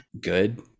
good